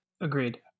Agreed